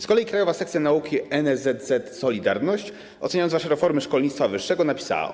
Z kolei Krajowa Sekcja Nauki NSZZ „Solidarność”, oceniając nasze reformy szkolnictwa wyższego, napisała: